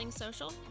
social